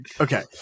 Okay